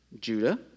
Judah